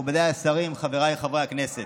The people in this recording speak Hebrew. השרים, חבריי חברי הכנסת,